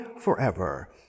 forever